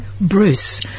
Bruce